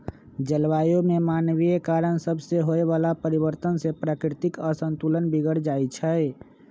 जलवायु में मानवीय कारण सभसे होए वला परिवर्तन से प्राकृतिक असंतुलन बिगर जाइ छइ